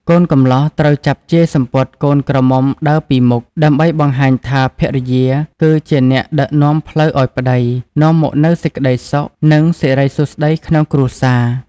កូនកំលោះត្រូវចាប់ជាយសំពត់កូនក្រមុំដើរពីមុខ ដើម្បីបង្ហាញថាភរិយាគឺជាអ្នកដឹកនាំផ្លូវឲ្យប្ដី នាំមកនូវសេចក្ដីសុខ និងសិរីសួស្ដីក្នុងគ្រួសារ។